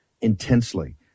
intensely